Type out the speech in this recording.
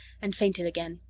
and fainted again.